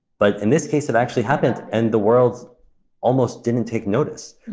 but in this case, it actually happened, and the world almost didn't take notice.